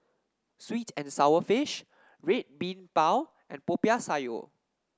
sweet and sour fish Red Bean Bao and Popiah Sayur